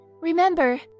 Remember